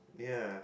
ya